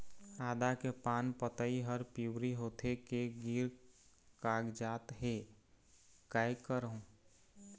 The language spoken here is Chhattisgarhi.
आदा के पान पतई हर पिवरी होथे के गिर कागजात हे, कै करहूं?